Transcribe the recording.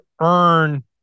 earn